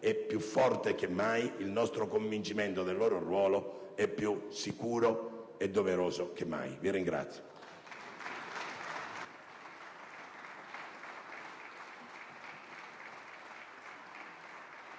è più forte che mai, il nostro convincimento del loro ruolo è più sicuro e doveroso che mai. *(Prolungati